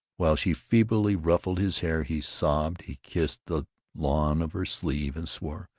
while she feebly ruffled his hair, he sobbed, he kissed the lawn of her sleeve, and swore,